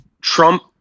Trump